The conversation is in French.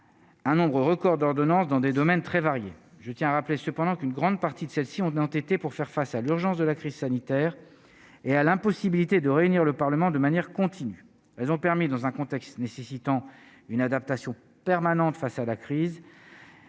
un nombre record d'ordonnance dans des domaines très variés, je tiens à rappeler cependant qu'une grande partie de celle-ci ont été, pour faire face à l'urgence de la crise sanitaire et à l'impossibilité de réunir le parlement de manière continue, elles ont permis, dans un contexte nécessitant une adaptation permanente face à la crise